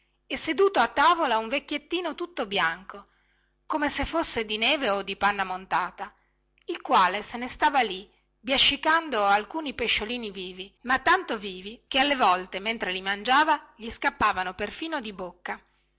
e seduto a tavola un vecchiettino tutto bianco come se fosse di neve o di panna montata il quale se ne stava lì biascicando alcuni pesciolini vivi ma tanto vivi che alle volte mentre li mangiava gli scappavano perfino di bocca